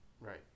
right